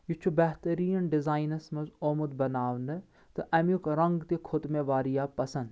یہِ چھُ بہتریٖن ڈیزاینس منٛز آمُت بناونہٕ تہٕ امیُک رنٛگ تہِ کھوٚت مےٚ واریاہ پسنٛد